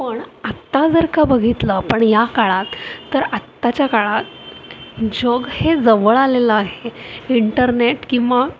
पण आत्ता जर का बघितलं पण या काळात तर आत्ताच्या काळात जग हे जवळ आलेलं आहे इंटरनेट किंवा